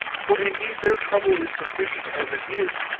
for indeed their trouble is sufficient as it is,